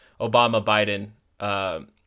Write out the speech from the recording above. Obama-Biden